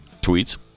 tweets